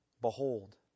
Behold